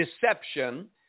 deception